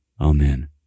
Amen